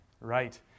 right